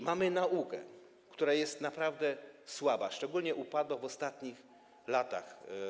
Mamy też naukę, która jest naprawdę słaba, a szczególnie upadła w ostatnich latach.